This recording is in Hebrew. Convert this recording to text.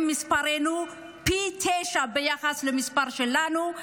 מספרנו פי תשעה ביחס למספר שלנו.